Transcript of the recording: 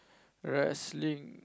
wrestling